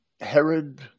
Herod